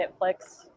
Netflix